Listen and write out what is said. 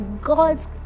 God's